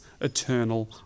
eternal